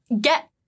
get